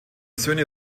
söhne